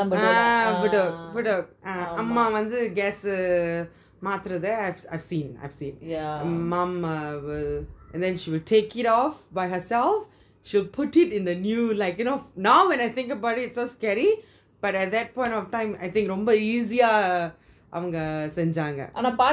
ah bedok bedok ah அம்மா வந்து:amma vanthu gas மாத்துறது:maathurathu I've seen I've seen mm mum will uh and then she will take it off by herself she'd put it in a new like you know now when I think about it is so scary but at that point of time I think ரொம்ப:romba easy eh அவங்க செஞ்சாங்க:avanga senjanga